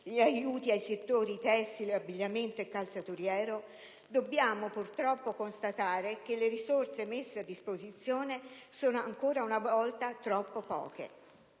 gli aiuti ai settori tessile, dell'abbigliamento e calzaturiero, dobbiamo purtroppo constatare che le risorse messe a disposizione sono ancora una volta troppo poche